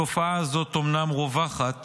התופעה הזאת אומנם רווחת